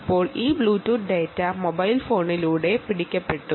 ഇപ്പോൾ ഈ Bluetooth data mobile ഫോണിലൂടെ പിടിക്കപ്പെടുന്നു